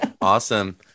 Awesome